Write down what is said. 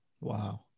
Wow